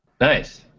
Nice